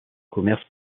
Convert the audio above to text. commerce